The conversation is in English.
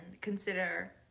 consider